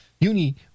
Uni